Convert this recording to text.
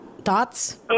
Thoughts